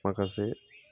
माखासे